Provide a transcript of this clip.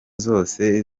zose